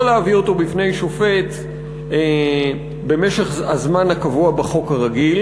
לא להביא אותו בפני שופט במשך הזמן הקבוע בחוק הרגיל